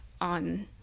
on